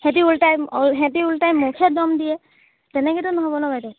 সিহঁতি উল্টাই সিহঁতি উল্টাই মোকহে দম দিয়ে তেনেকেতো নহ'ব ন বাইদেউ